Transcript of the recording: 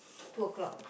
two o'clock